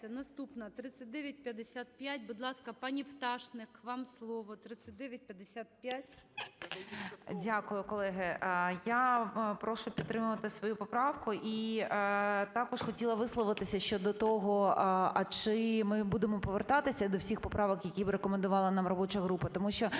Наступна – 3955. Будь ласка, пані Пташник вам слово. 3955. 13:14:14 ПТАШНИК В.Ю. Дякую, колеги. Я прошу підтримати свою поправку, і також хотіла висловитись щодо того, а чи ми будемо повертатися до всіх поправок, які рекомендувала нам робоча група. Тому що